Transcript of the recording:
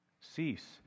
cease